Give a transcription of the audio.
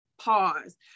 pause